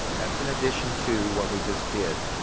that's in addition to what we just did.